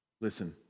Listen